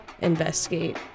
investigate